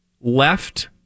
left